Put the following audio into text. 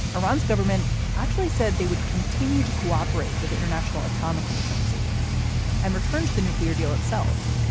iran's government actually said they would continue to cooperate with international atomic agency and return to the nuclear deal itself.